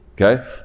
okay